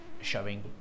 showing